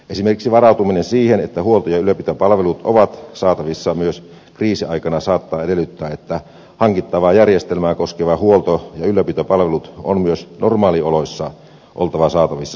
esimerkiksi varautuminen siihen että huolto ja ylläpitopalvelut ovat saatavissa myös kriisiaikana saattaa edellyttää että hankittavaa järjestelmää koskevien huolto ja ylläpitopalvelujen on myös normaalioloissa oltava saatavissa suomesta